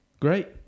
Great